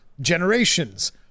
Generations